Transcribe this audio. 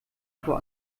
vor